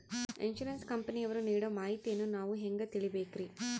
Insurance ಕಂಪನಿಯವರು ನೀಡೋ ಮಾಹಿತಿಯನ್ನು ನಾವು ಹೆಂಗಾ ತಿಳಿಬೇಕ್ರಿ?